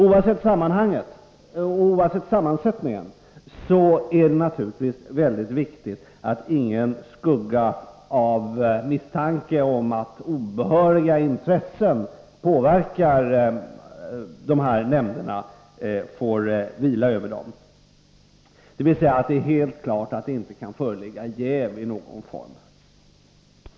Oavsett nämndernas sammansättning är det naturligtvis viktigt att ingen skugga av misstanke om att obehöriga intressen påverkar nämnderna får vila över dem, dvs. att det är helt klart att det inte kan föreligga jäv i någon form.